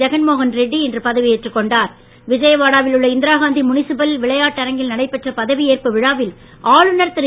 ஜெகன்மோகன் ரெட்டி இன்று பதவியேற்றுக் கொண்டார் விஜயவாடாவில் உள்ள இந்திராகாந்தி முனிசிபல் விளையாட்டரங்கில் நடைபெற்ற பதவியேற்பு விழாவில் ஆளுநர் திரு